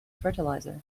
fertilizer